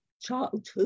childhood